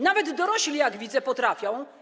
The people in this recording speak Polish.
Nawet dorośli, jak widzę, potrafią.